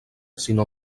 sinó